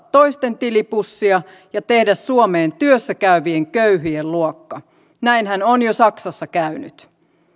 toisten tilipussia ja tehdä suomeen työssä käyvien köyhien luokka näinhän on jo saksassa käynyt